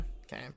Okay